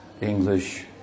English